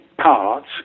parts